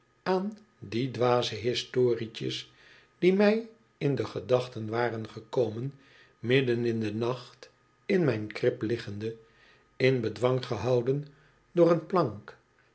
aan die dwaze historietjes die mij in de gedachten waren gekomen midden in den nacht in mijn krib liggende in bedwang gehouden door een plank